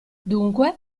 dunque